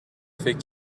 فکر